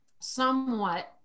somewhat